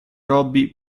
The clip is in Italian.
robbie